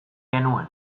genuen